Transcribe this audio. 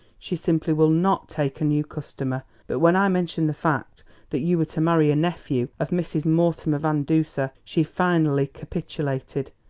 she simply will not take a new customer but when i mentioned the fact that you were to marry a nephew of mrs. mortimer van duser she finally capitulated.